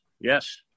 yes